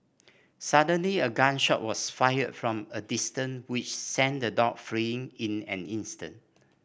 suddenly a gun shot was fired from a distance which sent the dog fleeing in an instant